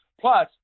Plus